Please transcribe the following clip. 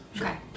Okay